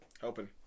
Helping